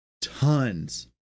tons